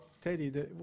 Teddy